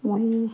মই